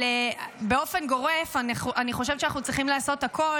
אבל באופן גורף אני חושבת שאנחנו צריכים לעשות הכול